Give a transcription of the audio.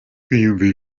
byari